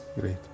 Great